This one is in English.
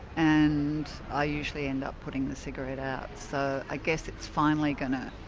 and i usually end up putting the cigarette out. so i guess it's finally going to